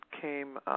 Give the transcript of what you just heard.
came